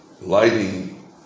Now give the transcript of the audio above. lighting